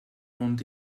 ond